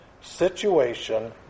situation